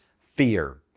fear